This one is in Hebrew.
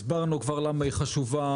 הסברנו כבר למה היא חשובה,